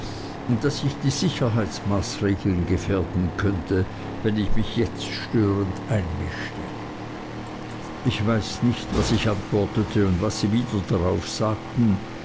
und daß ich die sicherheitsmaßregeln gefährden könnte wenn ich mich jetzt störend einmischte ich weiß nicht was ich antwortete und was sie wieder darauf sagten